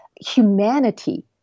humanity